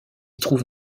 trouve